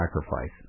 sacrifices